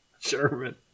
German